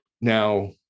now